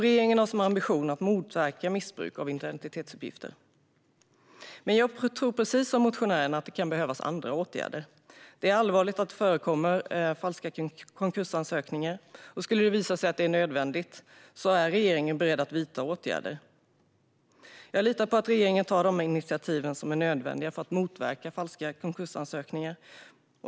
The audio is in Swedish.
Regeringen har som ambition att motverka missbruk av identitetsuppgifter. Jag tror, precis som motionärerna, att det kan behövas andra åtgärder. Det är allvarligt att det förekommer falska konkursansökningar. Skulle det visa sig vara nödvändigt är regeringen beredd att vidta åtgärder. Jag litar på att regeringen tar de initiativ som är nödvändiga för att motverka falska konkursansökningar.